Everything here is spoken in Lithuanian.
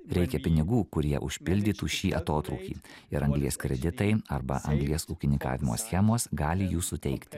reikia pinigų kurie užpildytų šį atotrūkį ir anglies kreditai arba eilės ūkininkavimo schemos gali jų suteikti